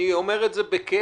אני אומר את זה בכאב,